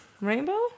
rainbow